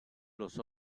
los